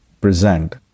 present